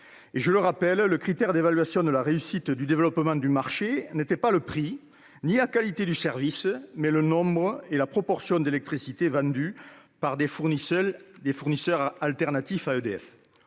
Je le rappelle, le critère d'évaluation de la réussite du développement du marché était non pas le prix ni la qualité du service, mais la quantité et la proportion de l'électricité vendue par des fournisseurs alternatifs à EDF.